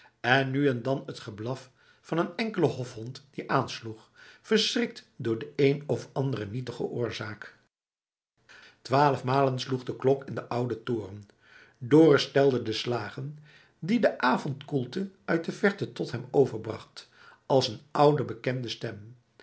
en nu en dan het geblaf van een enkelen hofhond die aansloeg verschrikt door de een of andere nietige oorzaak twaalf malen sloeg de klok in den ouden toren dorus telde de slagen die de avondkoelte uit de verte tot hem overbracht als een oude bekende stem